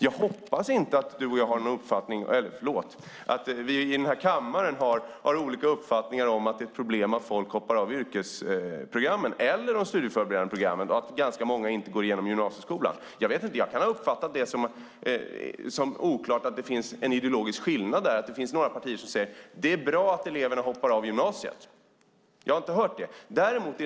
Jag hoppas att vi i den här kammaren inte har olika uppfattningar om att det är ett problem att folk hoppar av yrkesprogrammen eller de studieförberedande programmen och att många inte går igenom gymnasieskolan. Jag vet inte. Jag kan ha uppfattat det som att det är oklart att det finns en ideologisk skillnad, att det finns några partier som säger att det är bra att eleverna hoppar av gymnasiet. Jag har inte hört det.